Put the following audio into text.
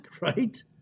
right